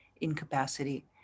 incapacity